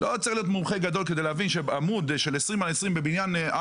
לא צריך להיות מומחה גדול כדי להבין שעמוד של 20 על 20 בבניין של